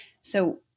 So-